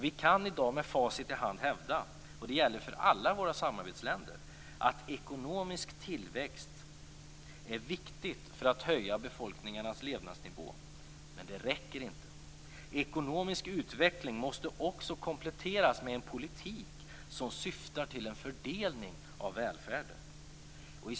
I dag kan vi med facit i hand hävda - och det gäller för alla våra samarbetsländer - att ekonomisk tillväxt är viktig för att höja befolkningens levnadsnivå, men det räcker inte. Ekonomisk utveckling måste kompletteras med en politik som syftar till en fördelning av välfärden.